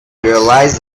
realize